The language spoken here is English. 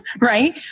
Right